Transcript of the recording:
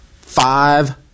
five